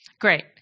Great